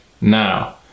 now